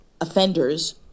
offenders